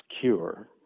cure